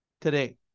today